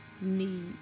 need